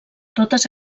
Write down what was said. totes